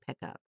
pickup